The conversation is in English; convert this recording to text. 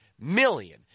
million